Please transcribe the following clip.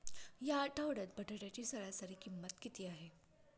या आठवड्यात बटाट्याची सरासरी किंमत किती आहे?